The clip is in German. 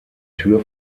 tür